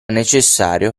necessario